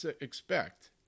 expect